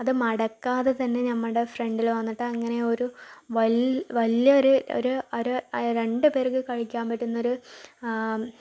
അത് മടക്കാതെ തന്നെ ഞമ്മടെ ഫ്രണ്ടിൽ വന്നിട്ട് അങ്ങനേ ഒരു വലിയൊരു ഒരു ഒരു രണ്ട് പേർക്ക് കഴിയ്ക്കാൻ പറ്റുന്നൊരു